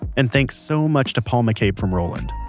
and thanks so much to paul mccabe from roland.